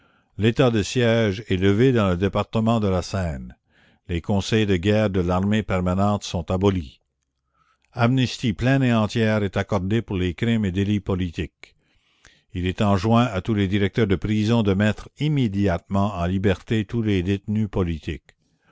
l'état de siège est levé dans le département de la seine les conseils de guerre de l'armée permanente sont abolis amnistie pleine et entière est accordée pour les crimes et délits politiques il est enjoint à tous les directeurs de prisons de mettre immédiatement en liberté tous les détenus politiques